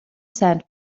sand